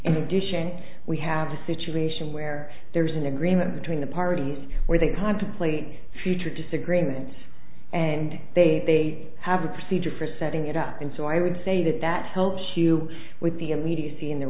addition we have a situation where there is an agreement between the parties where they contemplate future disagreement and they have a procedure for setting it up and so i would say that that helps you with the immediacy and the